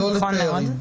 לא לתיירים.